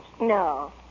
No